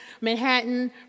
Manhattan